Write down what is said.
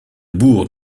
bourg